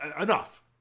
enough